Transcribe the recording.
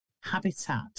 habitat